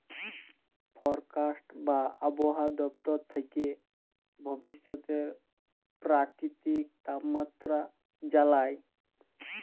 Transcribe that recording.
forecast বা আবহাওয়া দপ্তর থ্যাকে ভবিষ্যতের পেরাকিতিক তাপমাত্রা জালায়